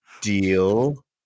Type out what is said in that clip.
Deal